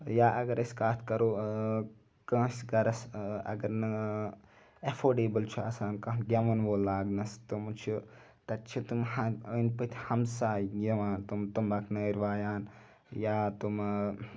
یا اگر أسۍ کَتھ کَرَو کٲنٛسہِ گَرَس اگر نہَ ایٚفوڈیبٕل چھُ آسان کانٛہہ گیٚوَن وول لاگنَس تِم چھِ تَتہِ چھِ تِم أنٛد پٔتۍ ہَمساے یِوان تِم تُمبَکھنارِ وایان یا تِمہٕ